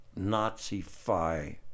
Nazify